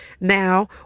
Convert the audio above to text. Now